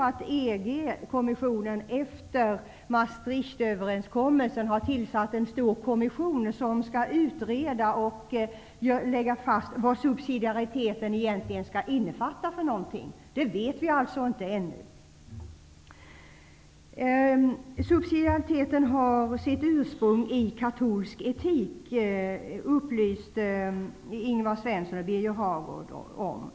EG-kommissionen har efter Maastrichtöverenskommelsen tillsatt en stor kommission, som skall utreda och lägga fast vad subsidiariteten egentligen skall innefatta. Det vet vi alltså inte ännu. Subsidiariteten har sitt ursprung i katolsk etik, upplyste Ingvar Svensson och Birger Hagård om.